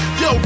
yo